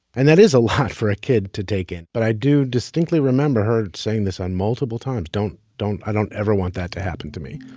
and that is a lot for a kid to take in. but i do distinctly remember her saying this on multiple times. don't don't i don't ever want that to happen to me.